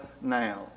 now